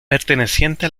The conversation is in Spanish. perteneciente